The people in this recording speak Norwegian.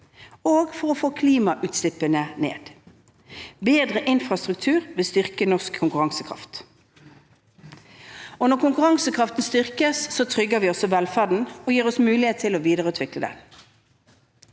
og for å få klimagassutslippene ned. Bedre infrastruktur vil styrke norsk konkurransekraft, og når konkurransekraften styrkes, trygger vi også velferden og får muligheten til å videreutvikle den.